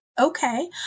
Okay